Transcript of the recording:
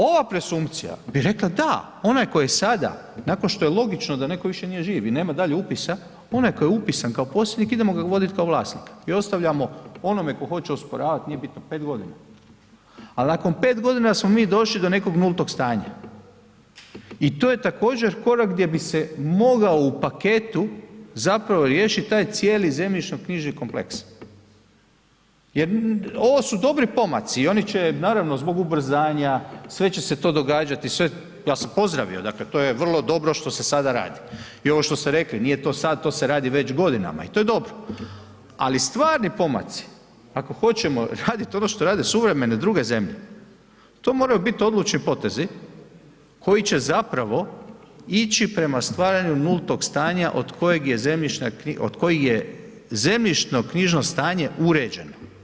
Ova presumpcija bi rekla da, onaj koji je sada nakon što je logično da netko više nije živ i nema dalje upisa, onaj koji je upisan kao posjedni, idemo ga vodit kao vlasnika i ostavljamo onome tko hoće osporavati nije bitno, 5 g., ali nakon 5 g. smo mi došli do nekog nultog stanja i to je također korak gdje bi se mogao u paketu zapravo riješiti taj cijeli zemljišno-knjižni kompleks jer ovo su dobri pomaci i oni će naravno zbog ubrzanja sve će se to događati, sve ja sam pozdravio, dakle to je vrlo dobro što se sada radi i ovo što ste rekli nije to sad to se radi već godinama i to je dobro, ali stvarni pomaci ako hoćemo raditi ono što rade suvremene druge zemlje to moraju biti odlučni potezi koji će zapravo ići prema stvaranju nultog stanja od kojeg je zemljišna knjiga, od koji je zemljišno knjižno stanje uređeno.